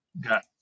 got